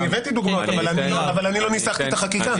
אני הבאתי דוגמאות, אבל אני לא ניסחתי את החקיקה.